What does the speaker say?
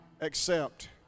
accept